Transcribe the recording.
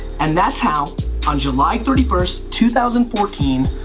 and that's how on july thirty first two thousand fourteen,